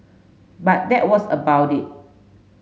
but that was about it